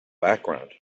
background